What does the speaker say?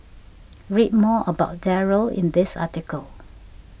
read more about Darryl in this article